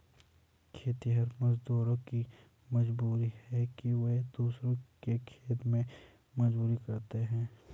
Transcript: खेतिहर मजदूरों की मजबूरी है कि वे दूसरों के खेत में मजदूरी करते हैं